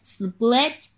split